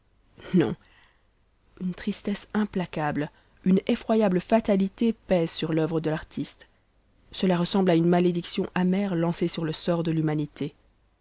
non une tristesse implacable une effroyable fatalité pèse sur l'uvre de l'artiste cela ressemble à une malédiction amère lancée sur le sort de l'humanité